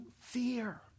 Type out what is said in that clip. fear